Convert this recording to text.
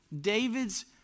David's